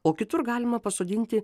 o kitur galima pasodinti